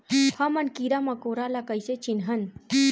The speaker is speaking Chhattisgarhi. हमन कीरा मकोरा ला कइसे चिन्हन?